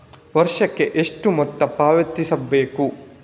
ವರ್ಷಕ್ಕೆ ಎಷ್ಟು ಮೊತ್ತ ಪಾವತಿಸಬೇಕು?